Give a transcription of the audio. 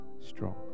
strong